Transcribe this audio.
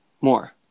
more